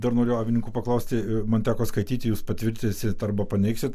dar norėjau avininkų paklausti man teko skaityti jūs patvirtinsit arba paneigsit